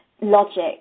logic